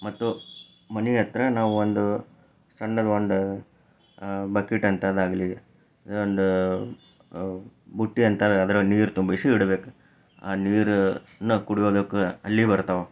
ಮತ್ತು ಮನೆ ಹತ್ತಿರ ನಾವು ಒಂದು ಸಣ್ಣದು ಒಂದು ಆ ಬಕೆಟ್ಟಂಥದು ಆಗಲಿ ಒಂದು ಬುಟ್ಟಿಯಂಥದು ಅದರಲ್ಲಿ ನೀರು ತುಂಬಿಸಿ ಇಡಬೇಕು ಆ ನೀರನ್ನು ಕುಡಿಯೋದಕ್ಕೆ ಅಲ್ಲಿ ಬರ್ತಾವೆ